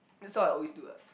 that's what I always do what